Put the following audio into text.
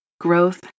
growth